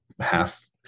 half